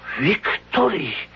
Victory